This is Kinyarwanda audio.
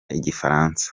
igifaransa